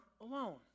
alone